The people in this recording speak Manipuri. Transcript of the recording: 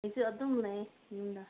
ꯑꯩꯁꯨ ꯑꯗꯨꯝ ꯂꯩ ꯌꯨꯝꯗ